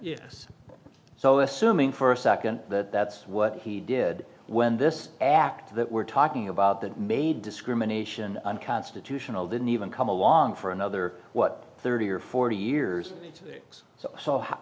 yes so assuming for a second that that's what he did when this act that we're talking about that made discrimination unconstitutional didn't even come along for another what thirty or forty years to fix so so how